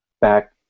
back